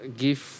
give